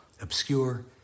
obscure